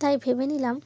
তাই ভেবে নিলাম